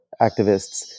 activists